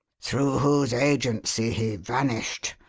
through whose agency he vanished,